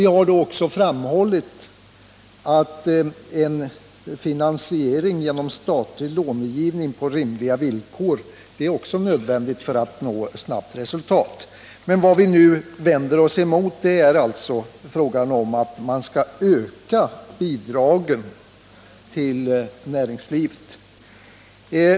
Vi har också framhållit att en finansiering genom statlig långivning på rimliga villkor är nödvändig för att man snabbt skall kunna nå resultat. Vad vi nu vänder oss emot är alltså att man skall öka bidragen till näringslivet.